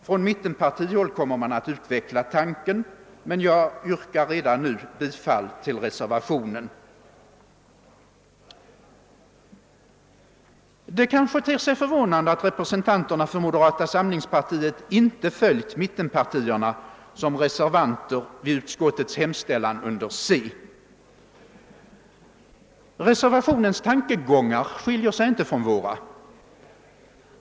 Från mittenpartihåll kommer man att utveckla tanken, men jag yrkar redan nu bifall till reservationen. Det kanske ter sig förvånande att representanterna för moderata samlingspartiet inte följt mittenpartierna som reservanter vid utskottets hemställan under C. Reservationens tankegångar skiljer sig inte från våra.